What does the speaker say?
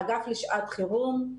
האגף לשעת חירום,